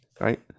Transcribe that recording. right